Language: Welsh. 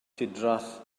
trefdraeth